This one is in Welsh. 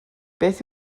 beth